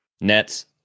Nets